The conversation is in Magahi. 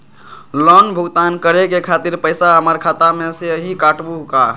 लोन भुगतान करे के खातिर पैसा हमर खाता में से ही काटबहु का?